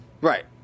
Right